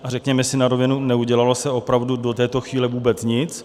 A řekněme si na rovinu, neudělalo se opravdu do této chvíle vůbec nic.